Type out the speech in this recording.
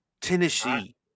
Tennessee